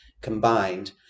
combined